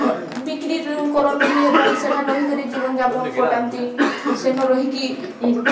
ବିକ୍ରି କରନ୍ତି ଏବଂ ସେଠାରେ ରହିକରି ଜୀବନଯାପନ କଟାନ୍ତି ସେନ ରହିକି